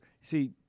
see